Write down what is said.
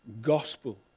gospel